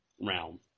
realm